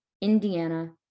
Indiana